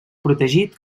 protegit